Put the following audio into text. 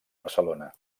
barcelona